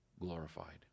glorified